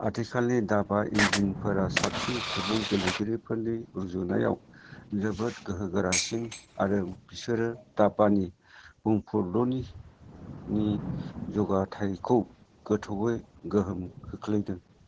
आथिखालनि दाब्बा इन्जिनफोरा साबसिन सुबुं गेलेगिरिफोरनि रुजुनायाव जोबोद गोहो गोरासिन आरो बेसोरो दाब्बानि बुंफुरलुनि जौगाथायखौ गोथौयै गोहोम खोख्लैदों